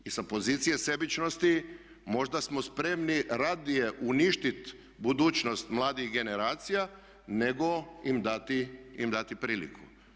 I sa pozicije sebičnosti možda smo spremni radije uništiti budućnost mladih generacija nego im dati priliku.